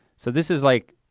so this is like,